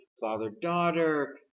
father-daughter